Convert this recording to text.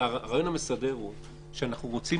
אבל הרעיון המסדר הוא שאנחנו רוצים